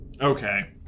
Okay